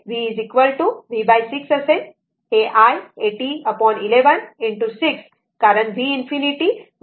तर ते v v6 असेल ते iS1 8011 ✕ 6 कारण v ∞ 18011